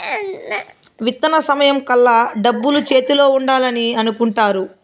విత్తన సమయం కల్లా డబ్బులు చేతిలో ఉండాలని అనుకుంటారు